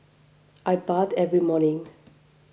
I bathe every morning